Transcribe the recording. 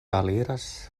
aliras